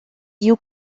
you